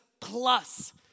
plus